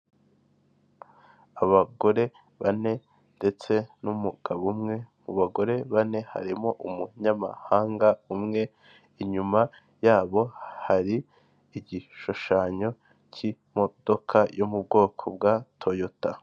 Abagore bane ndetse n'umugabo umwe mu bagore bane harimo umunyamahanga umwe, inyuma yabo hari igishushanyo cy'imodoka yo mu bwoko bwa Toyota.